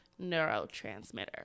neurotransmitter